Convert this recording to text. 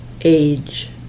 age